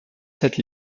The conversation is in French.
cette